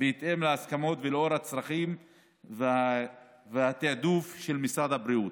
בהתאם להסכמות ולאור הצרכים והתיעדוף של משרד הבריאות.